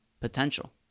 potential